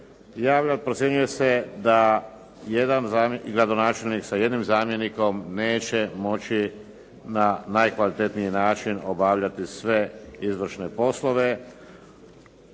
jača, procjenjuje se da jedan gradonačelnik sa jednim zamjenikom neće moći na najkvalitetniji način obavljati sve izvršne poslove.